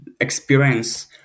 Experience